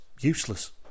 useless